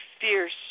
fierce